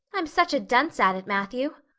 i'm such a dunce at it, matthew.